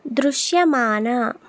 దృశ్యమాన